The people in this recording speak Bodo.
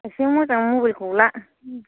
एसे मोजां मबाइलखौ ला